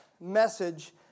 message